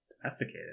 domesticated